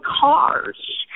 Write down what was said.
cars